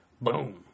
Boom